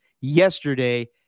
yesterday